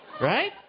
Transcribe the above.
Right